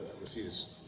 refuse